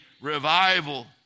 revival